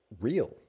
real